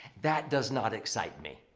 that does not excite me.